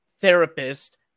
therapist